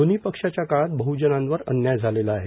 दोन्ही पक्षाच्या काळात बह्जनांवर अन्याय झालेला आहे